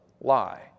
lie